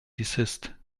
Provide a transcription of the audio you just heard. desist